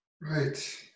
Right